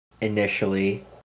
initially